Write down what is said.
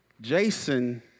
Jason